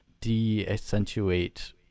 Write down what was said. de-accentuate